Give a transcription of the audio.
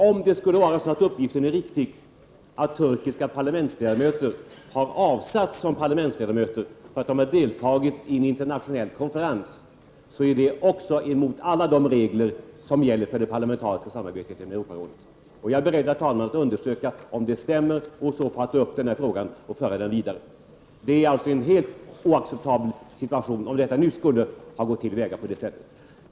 Om uppgiften om att turkiska parlamentsledamöter har avsatts som parlamentsledamöter för att de har deltagit i en internationell konferens skulle vara riktig, är det också mot alla de regler som gäller för det parlamentariska samarbetet i Europarådet. Jag är beredd, herr talman, att undersöka om det stämmer, och i så fall ta upp denna fråga och föra den vidare. Det är alltså en helt oacceptabel situation om det nu skulle ha gått till på detta sätt.